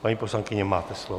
Paní poslankyně, máte slovo.